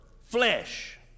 flesh